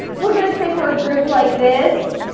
we're gonna say for a group like this,